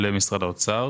למשרד האוצר.